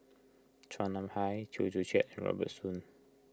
Chua Nam Hai Chew Joo Chiat and Robert Soon